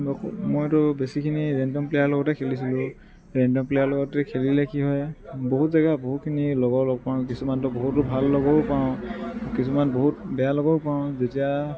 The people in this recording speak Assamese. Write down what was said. মইতো বেছিখিনি ৰেণ্ডম প্লেয়াৰৰ লগতে খেলিছিলোঁ ৰেণ্ডম প্লেয়াৰৰ লগত খেলিলে কি হয় বহুত জেগাত বহুখিনি লগৰ লগ পাওঁ কিছুমানটো বহুতো ভাল লগৰো পাওঁ কিছুমান বহুত বেয়া লগৰো পাওঁ যেতিয়া